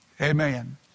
Amen